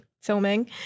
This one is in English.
filming